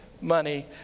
money